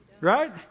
right